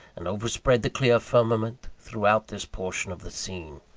and overspread the clear firmament throughout this portion of the scene.